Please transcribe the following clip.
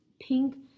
pink